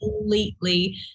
completely